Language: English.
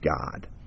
God